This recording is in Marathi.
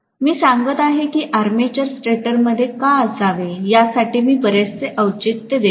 मी सांगत आहे की आर्मेचर स्टेटरमध्ये का असावे यासाठी मी बरेचसे औचित्य देत आहे